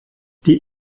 die